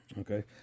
Okay